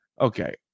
Okay